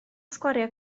sgwariau